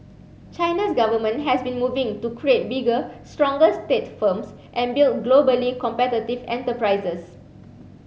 China's government has been moving to create bigger stronger state firms and build globally competitive enterprises